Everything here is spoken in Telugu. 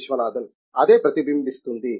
విశ్వనాథన్ అదే ప్రతిబింబిస్తుంది